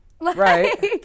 right